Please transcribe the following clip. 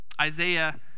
Isaiah